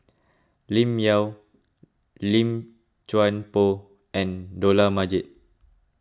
Lim Yau Lim Chuan Poh and Dollah Majid